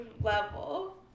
level